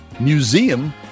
museum